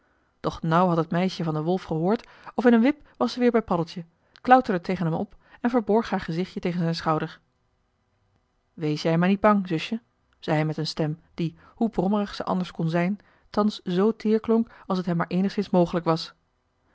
doch nauw had het meisje van den wolf gehoord of in een wip was zij weer bij paddeltje klauterde tegen hem op en verborg haar gezichtje tegen zijn schouder wees jij maar niet bang zusje zei hij met een stem die hoe brommerig ze anders kon zijn thans zoo teer klonk als het hem maar eenigszins mogelijk was